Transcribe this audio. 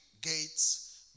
gates